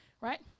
right